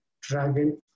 dragon